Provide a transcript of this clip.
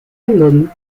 album